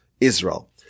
Israel